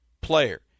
player